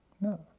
No